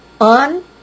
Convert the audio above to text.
on